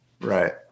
Right